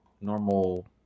normal